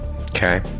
Okay